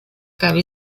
cabe